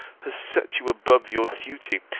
has set you above your duty,